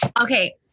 Okay